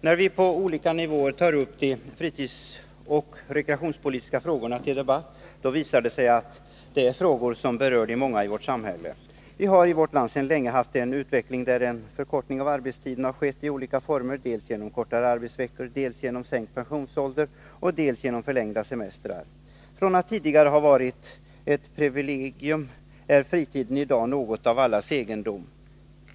När vi på olika nivåer tar upp de fritidsoch rekreationspolitiska frågorna till debatt, visar det sig att det är frågor som berör många i vårt samhälle. Vi har i vårt land sedan länge haft en utveckling där en förkortning av arbetstiden har skett i olika former, dels genom kortare arbetsveckor, dels genom sänkt pensionsålder och dels genom förlängda semestrar. Från att tidigare ha varit ett privilegium är fritiden i dag något av allas egendom.